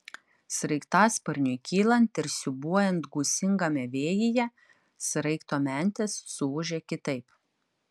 sraigtasparniui kylant ir siūbuojant gūsingame vėjyje sraigto mentės suūžė kitaip